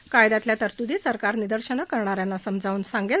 या कायद्यातल्या तरतूदी सरकार निदर्शनं करणा यांना समजावून सांगेल